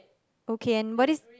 okay and what is